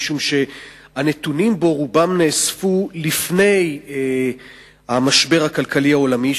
משום שהנתונים שבו רובם נאספו לפני המשבר הכלכלי העולמי,